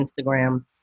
Instagram